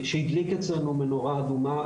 שהדליק אצלנו מנורה אדומה.